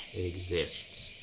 exists.